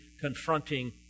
confronting